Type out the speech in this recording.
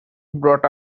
brought